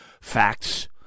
facts